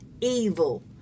evil